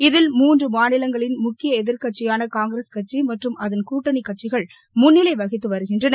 இதில் மூன்று மாநிலங்களில் முக்கிய எதிர்க்கட்சியான காங்கிரஸ் மற்றும் அதன் கூட்டணிக் கட்சிகள் முன்னிலை வகித்து வருகின்றன